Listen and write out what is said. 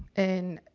and,